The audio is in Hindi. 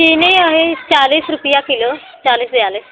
चीनी वही चालीस रुपये किलो चालीस बयालीस